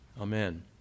Amen